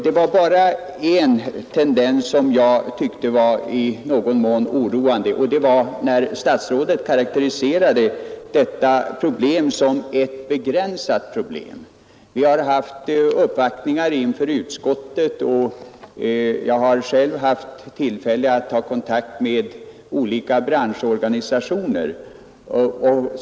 Det var bara en tendens som jag fann i någon mån ororande, och det var när statsrådet karakteriserade detta problem som begränsat. Vi har haft uppvaktningar inför utskottet, och jag har själv haft tillfälle att ta kontakt med branschorganisationer.